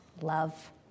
love